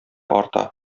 арта